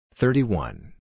Thirty-one